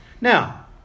now